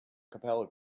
capella